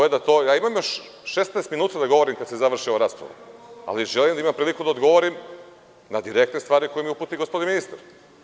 Ja imam još 16 minuta da govorim kada se završi ova rasprava, ali želim da imam priliku da odgovorim na direktne stvari koje mi uputi gospodin ministar.